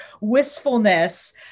wistfulness